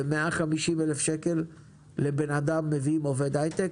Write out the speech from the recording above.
ב-150,000 שקלים לאדם מביאים עובד הייטק,